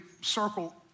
circle